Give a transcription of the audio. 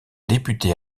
député